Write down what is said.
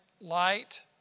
light